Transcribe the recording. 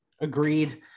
Agreed